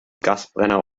gasbrenner